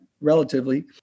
relatively